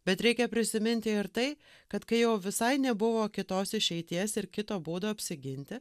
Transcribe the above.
bet reikia prisiminti ir tai kad kai jau visai nebuvo kitos išeities ir kito būdo apsiginti